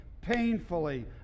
painfully